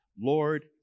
Lord